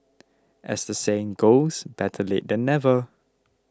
as the saying goes better late than never